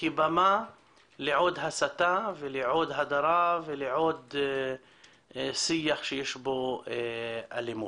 כבמה לעוד הסתה ועוד הדרה ולעוד שיח שיש בו אלימות.